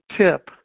tip